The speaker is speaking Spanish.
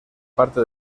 parte